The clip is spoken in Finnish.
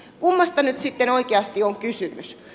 kummasta nyt sitten oikeasti on kysymys